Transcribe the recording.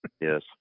Yes